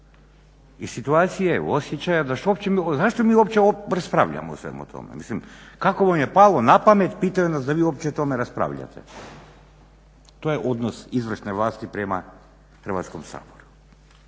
i situacije osjećaja zašto mi uopće raspravljamo o svemu tome. Mislim, kako vam je palo na pamet pitaju nas da li vi uopće o tome raspravljate. To je odnos izvršne vlasti prema Hrvatskom saboru.